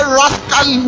rascal